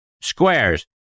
Squares